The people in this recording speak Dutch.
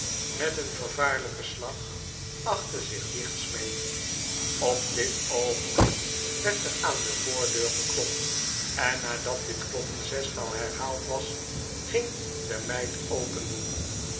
met een vervaarlijken slag achter zich dicht smeet op dit oogenblik werd er aan de voordeur geklopt en nadat dit kloppen zes maal herhaald was ging de meid opendoen